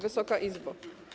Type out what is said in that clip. Wysoka Izbo!